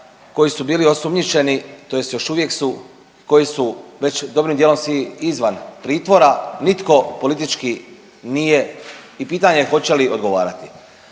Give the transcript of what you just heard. koji su bili osumnjičeni, tj. još uvijek su, koji su već dobrim dijelom svi izvan pritvora nitko politički nije i pitanje je hoće li odgovarati.